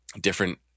different